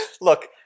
Look